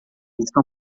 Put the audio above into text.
estão